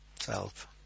Self